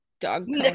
dog